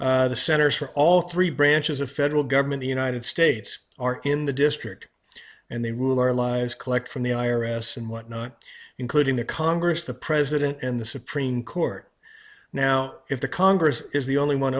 the centers for all three branches of federal government united states are in the district and they rule our lives collect from the i r s and whatnot including the congress the president and the supreme court now if the congress is the only one